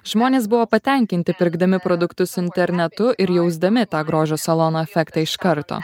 žmonės buvo patenkinti pirkdami produktus internetu ir jausdami tą grožio salono efektą iš karto